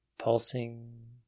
Pulsing